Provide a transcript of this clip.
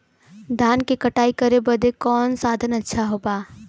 धान क कटाई करे बदे कवन साधन अच्छा बा?